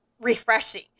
refreshing